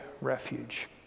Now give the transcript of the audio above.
refuge